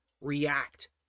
react